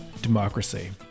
democracy